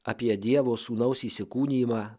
apie dievo sūnaus įsikūnijimą